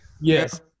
Yes